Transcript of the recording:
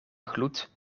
gloed